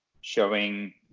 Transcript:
showing